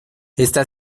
está